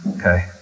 Okay